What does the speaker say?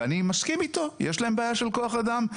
ואני מסכים איתו יש להם בעיה שלכוח אדם.